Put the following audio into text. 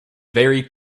very